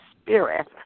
spirit